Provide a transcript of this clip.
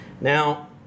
Now